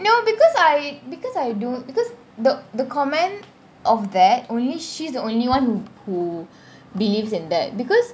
no because I because I do because the the comment of that only she's the only one who who believes in that because